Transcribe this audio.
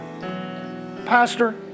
Pastor